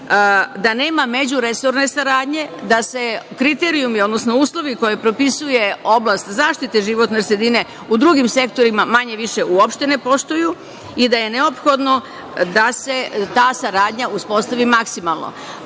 da nema međuresorne saradnje, da se kriterijumi, odnosno uslovi koje propisuje oblast zaštite životne sredine u drugim sektorima manje-više uopšte ne poštuju i da je neophodno da se ta saradnja uspostavi maksimalno. Najbolji